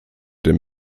den